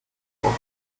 froid